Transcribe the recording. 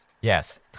Yes